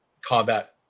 combat